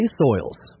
soils